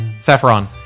Saffron